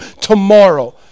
tomorrow